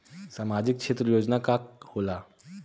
सामाजिक क्षेत्र योजना का होला?